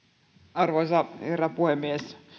arvoisa herra puhemies